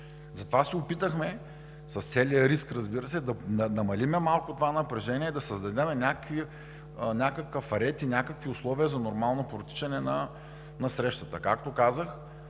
Затова се опитахме с целия риск, разбира се, да намалим малко това напрежение, да създадем някакъв ред и някакви условия за нормално протичане на срещата.